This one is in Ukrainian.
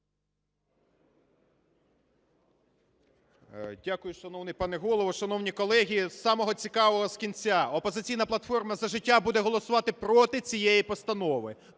Дякую, шановний пане Голово. Шановні колеги, з самого цікавого, з кінця, "Опозиційна платформа – За життя" буде голосувати проти цієї постанови